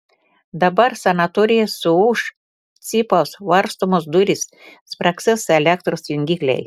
dabar sanatorija suūš cypaus varstomos durys spragsės elektros jungikliai